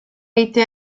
été